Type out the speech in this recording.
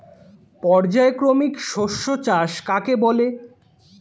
পর্যায়ক্রমিক শস্য চাষ কাকে বলে?